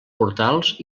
portals